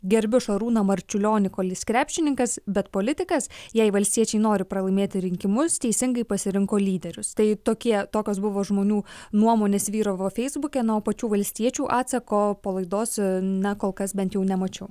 gerbiu šarūną marčiulionį kol jis krepšininkas bet politikas jei valstiečiai nori pralaimėti rinkimus teisingai pasirinko lyderius tai tokie tokios buvo žmonių nuomonės vyravo feisbuke na o pačių valstiečių atsako po laidos na kol kas bent jau nemačiau